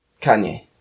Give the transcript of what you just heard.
Kanye